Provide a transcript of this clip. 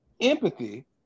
empathy